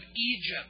Egypt